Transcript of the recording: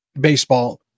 baseball